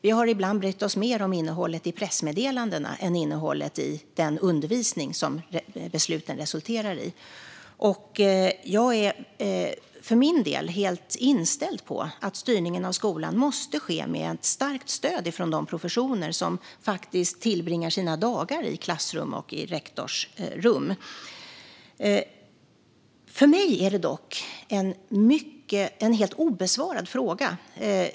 Vi har ibland brytt oss mer om innehållet i pressmeddelanden än om innehållet i den undervisning som besluten resulterar i. Jag är för min del helt inställd på att styrningen av skolan måste ske med starkt stöd från de professioner som faktiskt tillbringar sina dagar i klassrum och i rektorsrum. För mig finns det dock en helt obesvarad fråga.